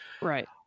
Right